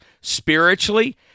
Spiritually